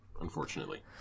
unfortunately